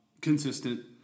consistent